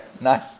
nice